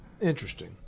Interesting